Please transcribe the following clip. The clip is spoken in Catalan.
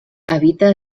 habita